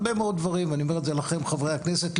הרבה מאוד דברים ואני אומר את זה לכם חברי הכנסת,